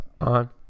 on